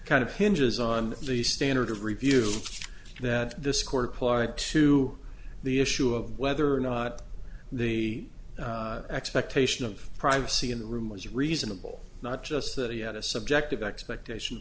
kind of hinges on the standard of review that discord applied to the issue of whether or not the expectation of privacy in the room was reasonable not just that he had a subjective expectation